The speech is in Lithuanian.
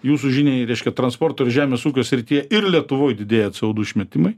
jūsų žiniai reiškia transporto ir žemės ūkio srityje ir lietuvoj didėja co du išmetimai